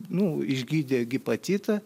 nu išgydė gipacitą